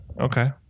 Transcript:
okay